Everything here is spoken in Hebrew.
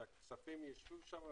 שהכספים ישבו שם,